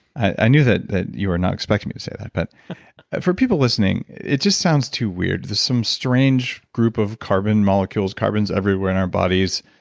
i knew that that you were not expecting me to say that, but for people listening, it just sounds too weird. there's some strange group of carbon molecules. there's carbons everywhere in our bodies.